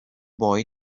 boy